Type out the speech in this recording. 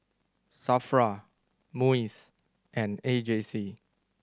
SAFRA MUIS and A J C